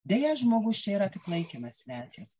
deja žmogus čia yra tik laikinas svečias